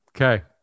Okay